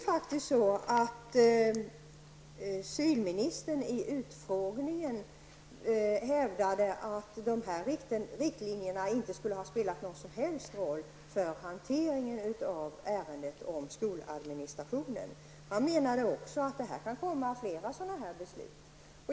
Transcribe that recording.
Civilministern hävdade emellertid i utfrågningen att dessa riktlinjer inte skulle ha spelat någon som helst roll för hanteringen av ärendet rörande skoladministrationen. Han menade också att det kan bli aktuellt med fler sådana här beslut.